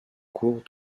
cours